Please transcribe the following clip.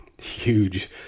huge